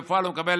בפועל הוא מקבל